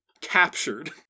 captured